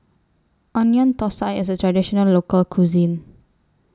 Onion Thosai IS A Traditional Local Cuisine